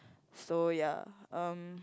so ya um